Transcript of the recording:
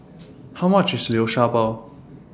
How much IS Liu Sha Bao